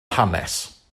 hanes